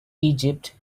egypt